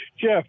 Jeff